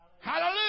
Hallelujah